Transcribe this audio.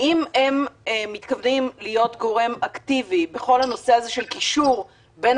האם הם מתכוונים להיות גורם אקטיבי בכל הקישור בין